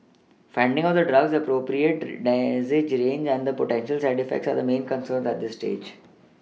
finding out the drug's appropriate dosage range and potential side effects are main concerns at this stage